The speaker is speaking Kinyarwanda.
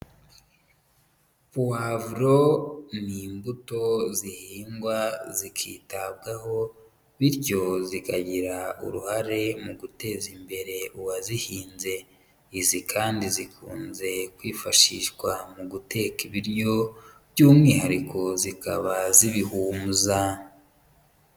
Puwavuro ni imbuto zihingwa zikitabwaho, bityo zikagira uruhare mu guteza imbere uwazihinze, izi kandi zikunze kwifashishwa mu guteka ibiryo by'umwihariko zikaba zibihumuza.